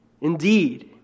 Indeed